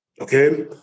Okay